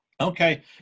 Okay